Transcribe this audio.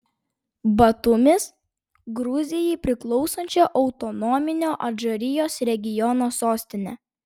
batumis gruzijai priklausančio autonominio adžarijos regiono sostinė